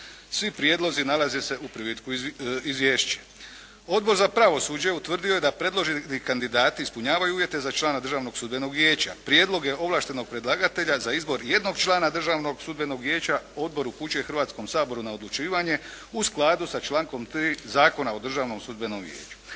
Svi prijedlozi nalaze se u privitku izvješća. Odbor za pravosuđe utvrdio je da predloženi kandidati ispunjavaju uvjete za člana Državnog sudbenog vijeća. Prijedloge ovlaštenog predlagatelja za izbor jednog člana državnog sudbenog vijeća Odbor upućuje Hrvatskom saboru na odlučivanje u skladu sa člankom 3. Zakona o državnom sudbenom vijeću.